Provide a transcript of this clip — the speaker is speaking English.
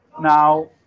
Now